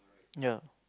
no